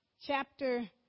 chapter